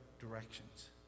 directions